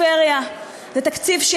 זה תקציב בלי פריפריה.